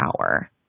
hour